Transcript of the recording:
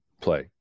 play